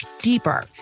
deeper